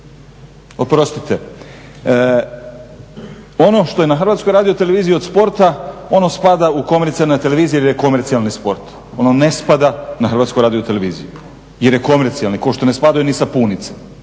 Oprostite, ono što je na Hrvatskoj radioteleviziji od sporta ono spada u komercijalne televizije jer je komercijalni sport. Ono ne spada na Hrvatsku radioteleviziju jer je komercijalni kao što ne spadaju ni sapunice.